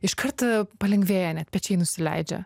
iškart palengvėja net pečiai nusileidžia